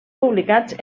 publicats